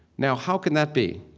now how can that be?